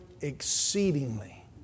exceedingly